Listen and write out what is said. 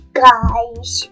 guys